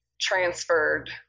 transferred